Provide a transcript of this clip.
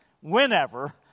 whenever